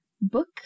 book